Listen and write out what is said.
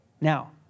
Now